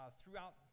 throughout